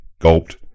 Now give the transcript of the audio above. gulped